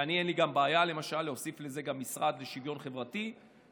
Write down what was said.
אין לי בעיה להוסיף לזה את המשרד לשוויון חברתי.